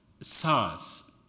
SARS